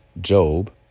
Job